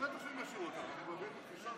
סגן השר לביטחון הפנים